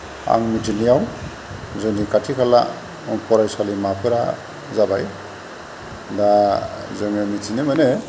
आं मिथिनायाव जोंनि खाथि खाला फरायसालिमाफोरा जाबाय बा जोङो मिथिनो मोनो